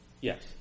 Yes